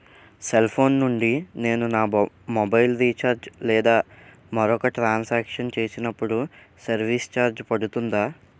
Cell phone నుండి నేను నా మొబైల్ రీఛార్జ్ లేదా మరొక ట్రాన్ సాంక్షన్ చేసినప్పుడు సర్విస్ ఛార్జ్ పడుతుందా?